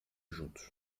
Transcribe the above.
juntos